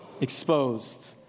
exposed